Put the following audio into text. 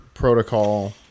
protocol